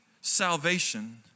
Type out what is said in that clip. salvation